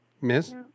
Miss